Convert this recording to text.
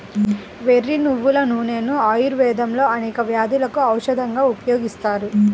వెర్రి నువ్వుల నూనెను ఆయుర్వేదంలో అనేక వ్యాధులకు ఔషధంగా ఉపయోగిస్తారు